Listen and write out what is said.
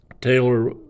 taylor